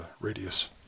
radius